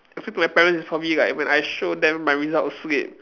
explain to my parents is for me like when I show them my results slip